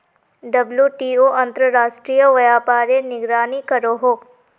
WTO अंतर्राश्त्रिये व्यापारेर निगरानी करोहो